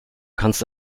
kannst